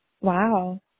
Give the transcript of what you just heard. Wow